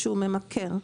שהוא ממכר.